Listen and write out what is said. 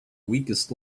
weakest